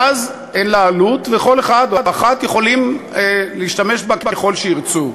ואז אין לה עלות וכל אחד או אחת יכולים להשתמש בה ככל שירצו,